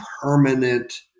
permanent